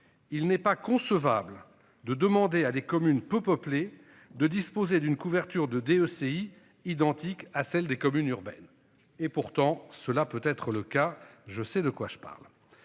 il n'est pas concevable de demander à des communes peu peuplées de disposer d'une couverture de D. OCI identiques à celles des communes urbaines. Et pourtant, cela peut être le cas. Je sais de quoi je parle.